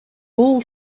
all